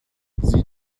sieh